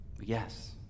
Yes